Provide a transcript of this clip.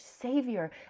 Savior